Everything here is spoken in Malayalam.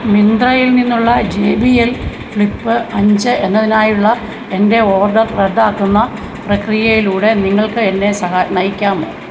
മിന്ത്രയിൽ നിന്നുള്ള ജെ ബി എൽ ഫ്ലിപ്പ് അഞ്ച് എന്നതിനായുള്ള എൻ്റെ ഓർഡർ റദ്ദാക്കുന്ന പ്രക്രിയയിലൂടെ നിങ്ങൾക്ക് എന്നെ സഹ നയിക്കാമോ